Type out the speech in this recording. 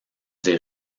des